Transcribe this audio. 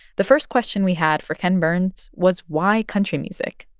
the first question we had for ken burns was, why country music,